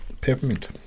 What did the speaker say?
peppermint